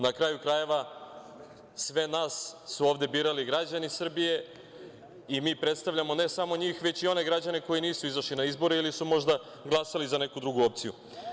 Na kraju krajeva, sve nas ovde su birali građani Srbije i mi predstavljamo ne samo njih, već i one građane koji nisu izašli na izbore ili su možda glasali za neku drugu opciju.